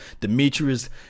Demetrius